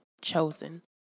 chosen